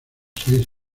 seis